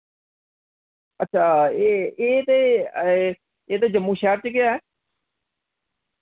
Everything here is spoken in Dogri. अच्छा ए एह् ते ए एह् ते जम्मू शैह्र च गै ऐ